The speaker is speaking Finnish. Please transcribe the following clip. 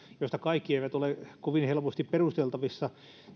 joista kaikki eivät ole kovin helposti perusteltavissa